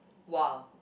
!wah!